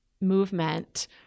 movement